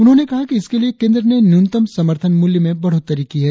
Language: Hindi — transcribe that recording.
उन्हंने कहा कि इसके लिए केंद्र ने न्यूनतम संमर्थन मूल्य में बढ़ोतरी की है